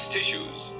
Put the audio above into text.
Tissues